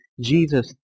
Jesus